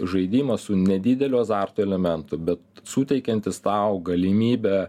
žaidimas su nedideliu azarto elementu bet suteikiantis tau galimybę